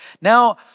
Now